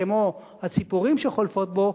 כמו הציפורים שחולפות פה,